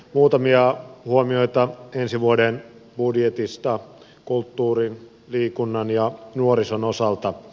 muutamia huomioita ensi vuoden budjetista kulttuurin liikunnan ja nuorison osalta